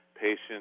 patients